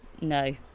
No